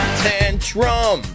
tantrum